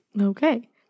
Okay